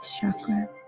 chakra